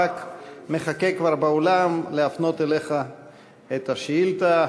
חבר הכנסת מחכה כבר באולם להפנות אליך את השאילתה.